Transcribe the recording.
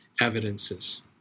evidences